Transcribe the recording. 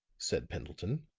said pendleton.